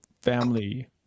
family